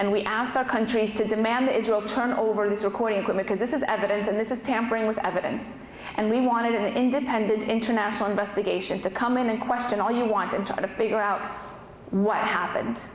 and we asked our countries to demand that israel turn over this recording equipment as this is evidence and this is tampering with evidence and we wanted an independent international investigation to come in and question all you want and to figure out what happened